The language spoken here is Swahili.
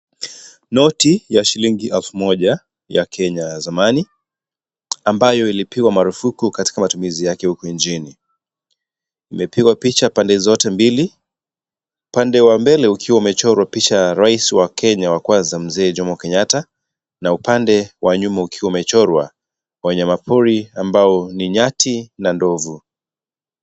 Noti, ya shilingi alfu moja ya Kenya ya zamani, ambayo ilipigwa marufuku katika matumizi yake huku injini, imepigwa picha pande zote mbili, upande wa mbele ukiwa umechorwa picha ya rais wa Kenya, wa kwanza mzee Jomo Kenyatta, na upande, wa nyuma ukiwa umechorwa, wanyamapori ambao ni nyati, na ndovu.